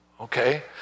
Okay